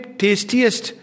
tastiest